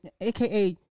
AKA